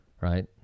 Right